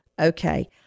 Okay